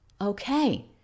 Okay